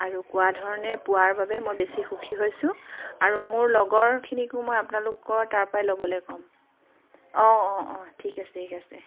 আৰু কোৱা ধৰণে পোৱাৰ বাবে মই বেছি সুখী হৈছোঁ আৰু মোৰ লগৰখিনিকো মই আপোনালোকৰ তাৰপৰাই ল'বলৈ ক'ম অঁ অঁ অঁ ঠিক আছে ঠিক আছে